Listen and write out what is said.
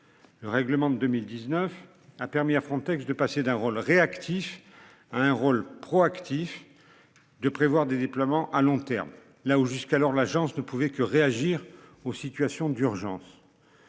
Règlement de 2019 a permis à Frontex, de passer d'un rôle réactif a un rôle proactif. De prévoir des déploiements à long terme, là où jusqu'alors l'agence ne pouvait que réagir aux situations d'urgence.